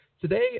Today